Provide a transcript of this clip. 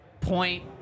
point